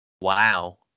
Wow